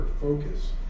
focus